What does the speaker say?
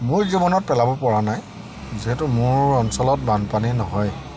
মোৰ জীৱনত পেলাব পৰা নাই যিহেতু মোৰ অঞ্চলত বানপানী নহয়